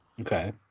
Okay